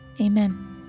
Amen